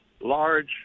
large